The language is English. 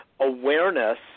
awareness